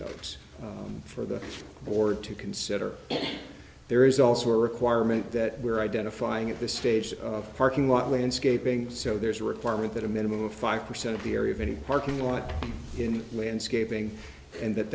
dose for the or to consider if there is also a requirement that we're identifying at this stage parking lot landscaping so there's a requirement that a minimum of five percent of the area of any parking lot in the landscaping and that